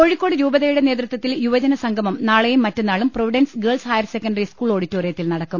കോഴിക്കോട് രൂപതയുടെ നേതൃത്വത്തിൽ യുവജന സംഗമം നാളെയും മറ്റന്നാളും Providence girls higher secondary school ഓഡിറ്റോറിയത്തിൽ നടക്കും